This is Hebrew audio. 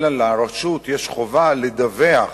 אלא לרשות יש חובה לדווח